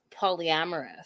polyamorous